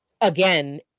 again